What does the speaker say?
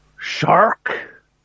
Shark